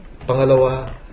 Pangalawa